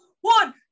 One